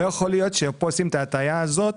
לא יכול להיות שעושים פה את ההטעיה הזו.